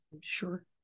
Sure